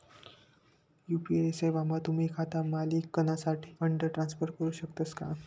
UPI सेवामा तुम्ही खाता मालिकनासाठे फंड ट्रान्सफर करू शकतस का